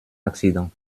accident